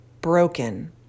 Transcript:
broken